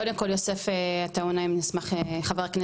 קודם כל חבר הכנסת יוסף עטאונה נשמח שתפתח,